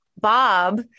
Bob